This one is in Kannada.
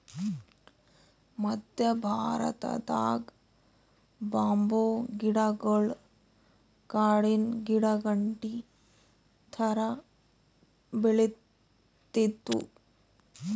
ಮದ್ಯ ಭಾರತದಾಗ್ ಬಂಬೂ ಗಿಡಗೊಳ್ ಕಾಡಿನ್ ಗಿಡಾಗಂಟಿ ಥರಾ ಬೆಳಿತ್ತಿದ್ವು